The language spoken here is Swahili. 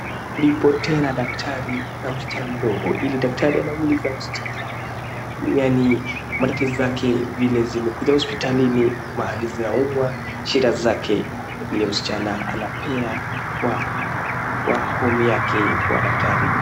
Ndipo tena daktari na msichana mdogo, ila daktari anamuuliza msichana matatizo yake, vile zimekuja hospitalini, mahali zinaumwa shida zake, vile msichana anapea homu yake kwa daktari.